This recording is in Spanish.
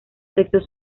sexos